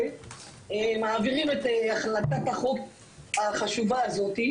מעבירים את הצעת החוק החשובה הזאת,